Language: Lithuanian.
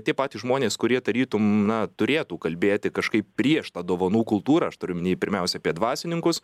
tie patys žmonės kurie tarytum na turėtų kalbėti kažkaip prieš tą dovanų kultūrą aš turiu omeny pirmiausia apie dvasininkus